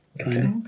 okay